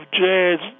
jazz